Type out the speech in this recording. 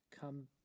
come